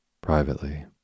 Privately